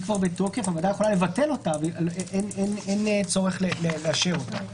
הוועדה יכולה לבטל אותה אבל אין צורך לאשר אותה.